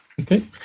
Okay